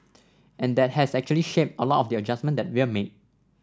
and that has actually shaped a lot of the adjustments that we've made